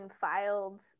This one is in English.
filed